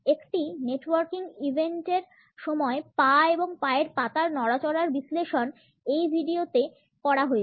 একটি নেটওয়ার্কিং ইভেন্টের সময় পা এবং পায়ের পাতার নড়াচড়ার বিশ্লেষণ এই ভিডিওতে করা হয়েছে